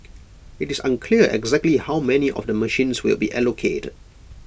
IT is unclear exactly how many of the machines will be allocated